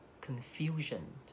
confusion